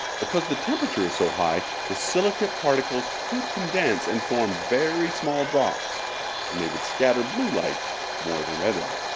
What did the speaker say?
because the temperature is so high the silicate particles could condense and form very small drops and they would scatter blue light more than red light.